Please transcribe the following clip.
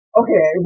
okay